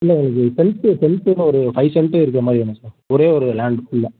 இல்லை இது சென்ட்டு சென்ட்டுன்னு ஒரு ஃபைவ் சென்ட்டு இருக்கிற மாதிரி வேணும் சார் ஒரே ஒரு லேண்ட் குள்ளே